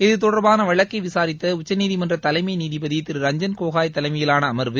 இதுதொடர்பான வழக்கை விசாரித்த உச்சநீதிமன்ற தலைமை நீதிபதி திரு ரஞ்ஜன் கோகோய் தலைமையிலான அமர்வு